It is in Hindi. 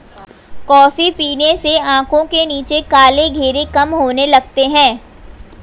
कॉफी पीने से आंखों के नीचे काले घेरे कम होने लगते हैं